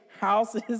Houses